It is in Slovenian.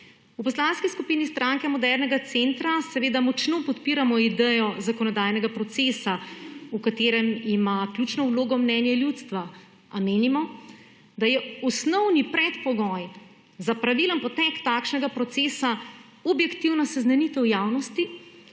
V Poslanski skupini Stranke modernega centra seveda močno podpiramo idejo zakonodajnega procesa, v katerem ima ključno vlogo mnenje ljudstva, a menimo, da je osnovni predpogoj za pravilen potek takšnega procesa objektivna seznanitev javnosti